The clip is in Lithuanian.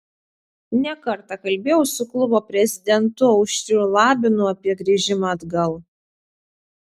ne kartą kalbėjau su klubo prezidentu aušriu labinu apie grįžimą atgal